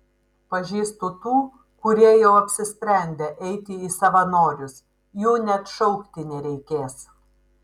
pažįstu tų kurie jau apsisprendę eiti į savanorius jų net šaukti nereikės